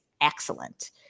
excellent